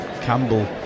Campbell